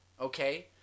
okay